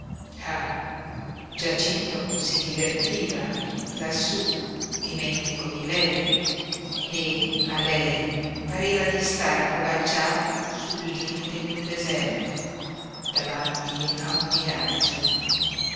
giacinto si divertiva lassú dimentico di lei e a lei pareva di star accovacciata sul limite di un deserto davanti a un miraggio